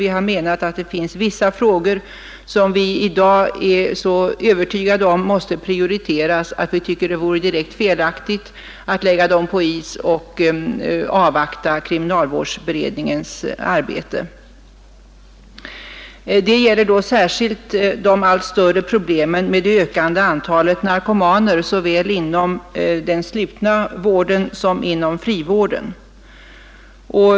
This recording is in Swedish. Vi är så övertygade om att vissa frågor i dag behöver prioriteras att vi menar att det vore direkt felaktigt att lägga dem på is och avvakta kriminalvårdsberedningens arbete. Det gäller särskilt de allt större problemen med det ökande antalet narkomaner såväl inom den slutna vården som inom frivården.